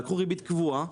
לקחו ריבית קבועה.